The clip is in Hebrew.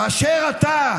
כאשר אתה,